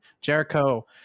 Jericho